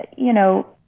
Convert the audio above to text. you know.